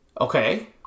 Okay